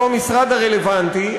שהוא המשרד הרלוונטי,